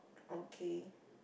okay